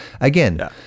Again